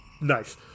Nice